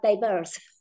diverse